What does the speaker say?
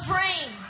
rain